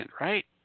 right